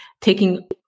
taking